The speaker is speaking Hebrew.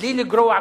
בלי לגרוע,